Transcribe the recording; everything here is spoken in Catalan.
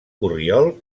corriol